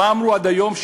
ומה אמרו עד היום?